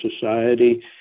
society